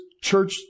church